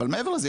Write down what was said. אבל מעבר לזה,